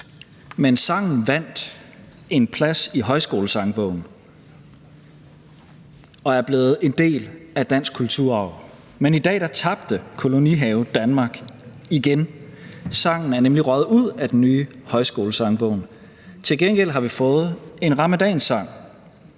men sangen vandt en plads i Højskolesangbogen og er blevet en del af dansk kulturarv. Men i dag tabte Kolonihavedanmark igen. Sangen er nemlig røget ud af den nye højskolesangbog. Til gengæld har vi fået en ramadansang.